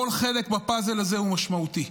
כל חלק בפאזל הזה הוא משמעותי.